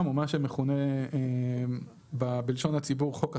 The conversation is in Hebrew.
או מה שמכונה בלשון הציבור "חוק הספאם".